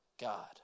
God